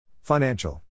Financial